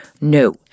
No